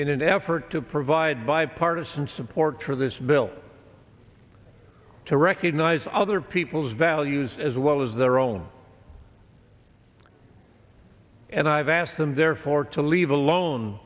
in an effort to provide bipartisan support for this bill to recognize other people's values as well as their own and i've asked them therefore to leave alone